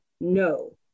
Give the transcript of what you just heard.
no